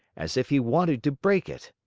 as if he wanted to break it.